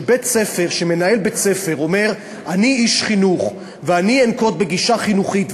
שמנהל בית-ספר אומר: אני איש חינוך ואני אנקוט גישה חינוכית,